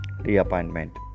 reappointment